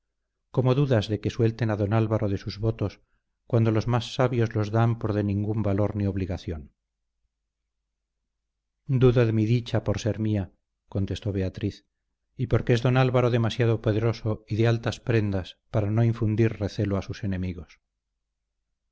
cómo dudas de que suelten a don álvaro de sus votos cuando los más sabios los dan por de ningún valor ni obligación dudo de mi dicha por ser mía contestó doña beatriz y porque es don álvaro demasiado poderoso y de altas prendas para no infundir recelo a sus enemigos